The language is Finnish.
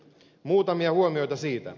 muutamia huomioita siitä